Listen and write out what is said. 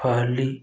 ꯐꯍꯜꯂꯤ